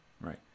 Right